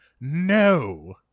no